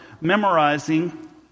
memorizing